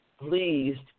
pleased